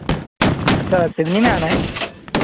अच्छा सिगनी में आना है